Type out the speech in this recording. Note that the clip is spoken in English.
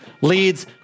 Leads